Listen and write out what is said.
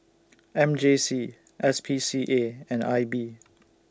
M J C S P C A and I B